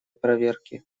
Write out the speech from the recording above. проверки